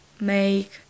make